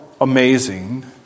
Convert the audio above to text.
amazing